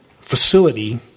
facility